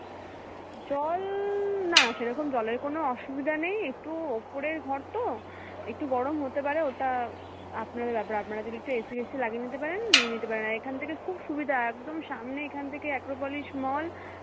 জল না না সেরকম জলের কোনো অসুবিধা নেই একটু ওপরের ঘর তো একটু গরম হতে পারে ওটা আপনারা ব্যাপার আপনারা যদি একটু এসি ভেশি লাগিয়ে নিতে পারেন নিয়ে নিতে পারেন আর এখান থেকে খুব সুবিধা একদম সামনে এখান থেকে অ্যাক্রোপলিস মল